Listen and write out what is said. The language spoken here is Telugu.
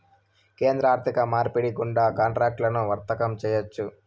కేంద్ర ఆర్థిక మార్పిడి గుండా కాంట్రాక్టులను వర్తకం చేయొచ్చు